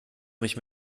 mich